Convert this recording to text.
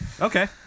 Okay